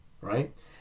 right